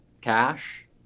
cash